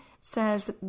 says